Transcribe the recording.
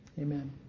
amen